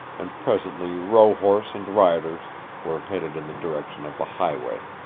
and presently rohorse and riders were headed in the direction of the highway.